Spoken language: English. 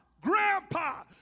grandpa